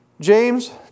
James